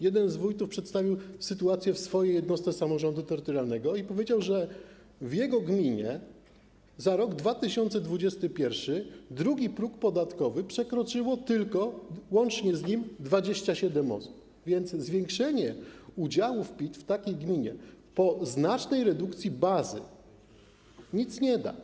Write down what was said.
Jeden z wójtów przedstawił sytuację w swojej jednostce samorządu terytorialnego i powiedział, że w jego gminie za rok 2021 drugi próg podatkowy przekroczyło tylko łącznie z nim 27 osób, więc zwiększenie udziałów PIT w takiej gminie po znacznej redukcji bazy nic nie da.